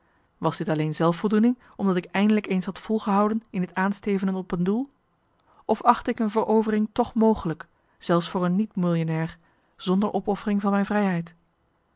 was dit alleen zelfvoldoening omdat ik eindelijk eens had vol gehouden in het aanstevenen op een doel of achtte ik een verovering toch mogelijk zelfs voor een niet millionair zonder opoffering van mijn vrijheid